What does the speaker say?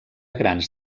grans